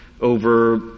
over